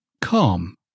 calm